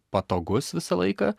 patogus visą laiką